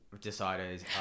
decided